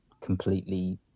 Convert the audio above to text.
completely